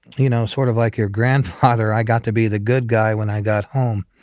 you know, sort of like your grandfather, i got to be the good guy when i got home.